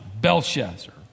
Belshazzar